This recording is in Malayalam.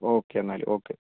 ഓക്കെ എന്നാൽ ഓക്കെ